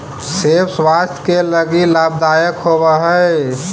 सेब स्वास्थ्य के लगी लाभदायक होवऽ हई